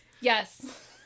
Yes